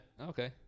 okay